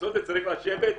לעשות צריך לשבת,